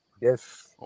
yes